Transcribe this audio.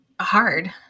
hard